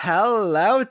Hello